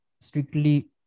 strictly